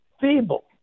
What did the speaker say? feeble